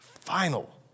Final